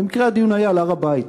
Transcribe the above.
במקרה הדיון היה על הר-הבית.